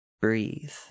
Breathe